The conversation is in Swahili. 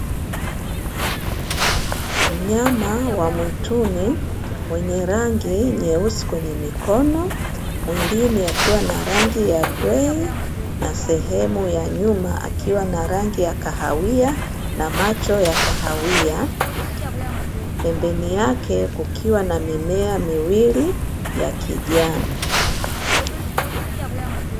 Mnyama wa mwituni mwenye rangi nyeusi kwenye mikono, mwilini akiwa na rangi ya grei na sehemu ya nyuma akiwa na rangi ya kahawia na macho ya kahawia pembeni yake kukiwa na mimea miwili ya kijani.